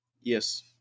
Yes